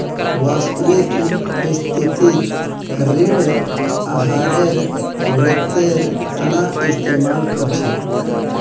वास्तविक स्थितित ऋण आहारेर वित्तेर तना इस्तेमाल कर छेक